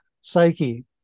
psyche